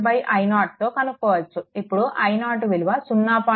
ఇక్కడ i0 విలువ 0